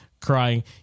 crying –